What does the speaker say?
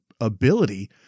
ability